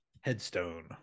Headstone